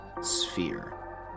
sphere